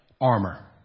armor